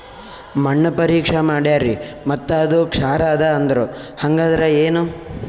ಮಣ್ಣ ಪರೀಕ್ಷಾ ಮಾಡ್ಯಾರ್ರಿ ಮತ್ತ ಅದು ಕ್ಷಾರ ಅದ ಅಂದ್ರು, ಹಂಗದ್ರ ಏನು?